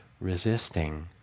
resisting